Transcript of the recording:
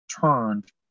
turned